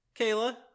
Kayla